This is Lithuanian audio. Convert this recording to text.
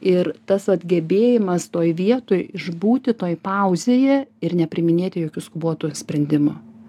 ir tas vat gebėjimas toj vietoj išbūti toj pauzėje ir nepriiminėti jokių skubotų sprendimų